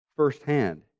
firsthand